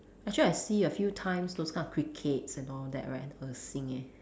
actually I see a few times those kind of crickets and all that right 很恶心 eh